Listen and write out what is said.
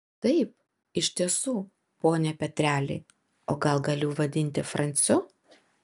taip iš tiesų pone petreli o gal galiu vadinti franciu